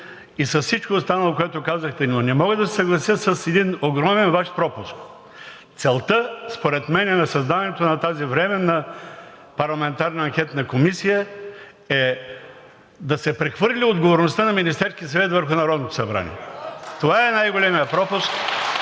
и с всичко останало, което казахте, но не мога да се съглася с един огромен Ваш пропуск. Целта според мен на създаването на тази временна парламентарна анкетна комисия е да се прехвърли отговорността на Министерския